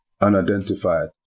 unidentified